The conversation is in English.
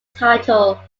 title